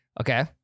okay